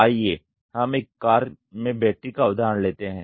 आइए हम एक कार में बैटरी का उदाहरण लेते हैं